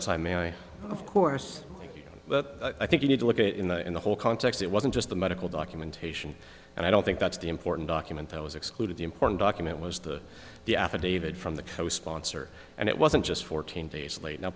of time man of course but i think you need to look at in the in the whole context it wasn't just the medical documentation and i don't think that's the important document that was excluded the important document was the the affidavit from the co sponsor and it wasn't just fourteen days late now